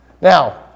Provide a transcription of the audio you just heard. now